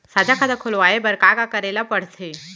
साझा खाता खोलवाये बर का का करे ल पढ़थे?